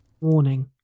Warning